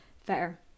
Fair